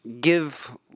give